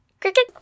cricket